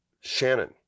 Shannon